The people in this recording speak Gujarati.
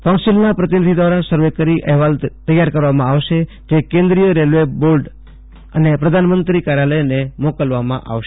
કાઉન્સીલનાં પ્રતિનિધિ દ્વારા સર્વે કરી અફેવાલ તૈયારે કરવામાં આવશે જે કેન્દ્રીય બોર્ડ અને પ્રધાનમંત્રી કાર્યાલયને મોકલવામાં આવશે